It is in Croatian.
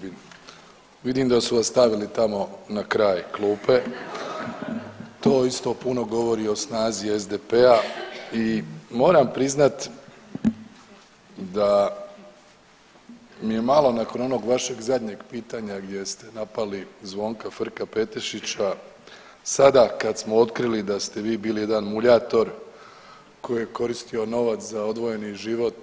Poštovani g. Grbin, vidim da su vas stavili tamo na kraj klupe, to isto puno govori o snazi SDP-a i moram priznat da mi je malo nakon onog vašeg zadnjeg pitanja gdje ste napali Zvonka Frka-Petešića sada kad smo otkrili da ste vi bili jedan muljator koji je koristio novac za odvojeni život